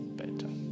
better